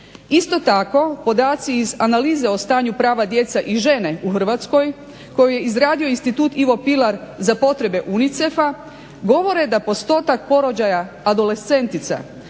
Isto tako podaci iz analize o stanju prava djece i žene u Hrvatskoj koju je izradio Institut "Ivo Pilar" za potrebe UNICEF-a govore da postotak porođaja adolescentica